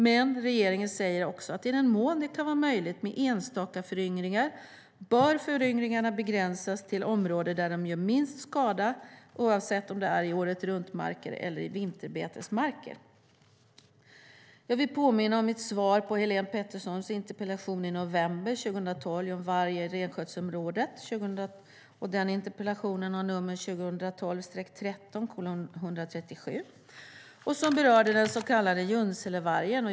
Men regeringen säger också att i den mån det kan vara möjligt med enstaka föryngringar bör föryngringarna begränsas till område där de gör minst skada, oavsett om det är i åretruntmarker eller i vinterbetesmarker. Jag vill påminna om mitt svar på Helén Petterssons interpellation i november 2012 om varg i renskötselområdet. Det var interpellation 2012/13:137 som berörde den så kallade Junselevargen.